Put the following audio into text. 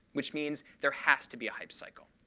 which means there has to be a hype cycle.